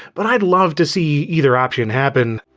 but i'd love to see either option happen.